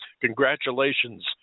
Congratulations